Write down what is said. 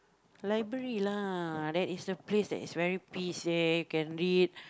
library lah that is the place that is very peace eh you can read